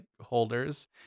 holders